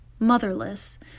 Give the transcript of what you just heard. motherless